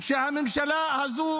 שהממשלה הזו,